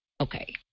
okay